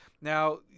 Now